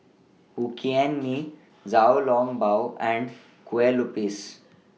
Hokkien Mee Xiao Long Bao and Kueh Lupis